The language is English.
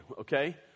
okay